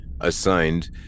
assigned